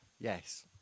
yes